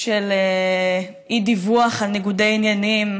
של אי-דיווח על ניגודי עניינים,